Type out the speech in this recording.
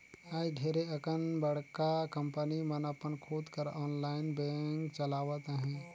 आएज ढेरे अकन बड़का कंपनी मन अपन खुद कर आनलाईन बेंक चलावत अहें